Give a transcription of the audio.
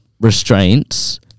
restraints